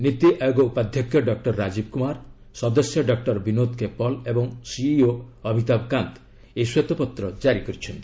ନିତି ଆୟୋଗ ଉପାଧ୍ୟକ୍ଷ ଡକ୍ରର ରାଜୀବ କୁମାର ସଦସ୍ୟ doctor Vinod K Paul ଓ ସିଇଓ ଅମିତାଭ୍ କାନ୍ତ ଏହି ଶ୍ୱେତପତ୍ର ଜାରି କରିଛନ୍ତି